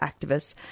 activists